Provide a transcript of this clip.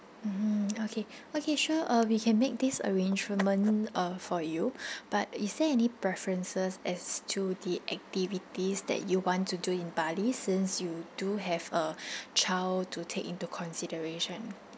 mmhmm okay okay sure uh we can make this arrangement uh for you but is there any preferences as to the activities that you want to do in bali since you do have a child to take into consideration